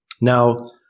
Now